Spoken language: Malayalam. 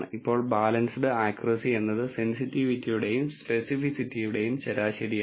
ഇപ്പോൾ ബാലൻസ്ഡ് അക്യൂറസി എന്നത് സെൻസിറ്റിവിറ്റിയുടെയും സ്പെസിഫിസിറ്റിയുടെയും ശരാശരിയാണ്